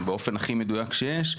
אלא באופן הכי מדויק שיש,